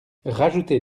rajouter